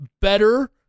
better